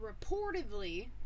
Reportedly